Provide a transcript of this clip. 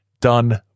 done